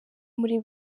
muri